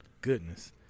goodness